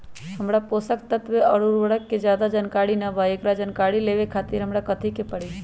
हमरा पोषक तत्व और उर्वरक के ज्यादा जानकारी ना बा एकरा जानकारी लेवे के खातिर हमरा कथी करे के पड़ी?